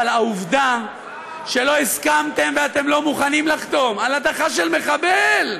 אבל העובדה שלא הסכמתם ואתם לא מוכנים לחתום על הדחה של מחבל,